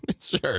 Sure